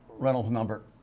reynolds number,